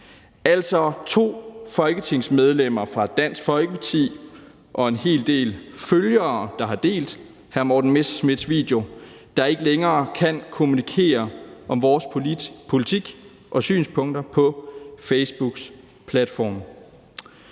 altså to folketingsmedlemmer fra Dansk Folkeparti og en hel del følgere, der har delt hr. Morten Messerschmidts video, som ikke længere kan kommunikere om vores politik og synspunkter på Facebooks platforme.